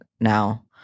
now